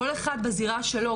כל אחד בזירה שלו,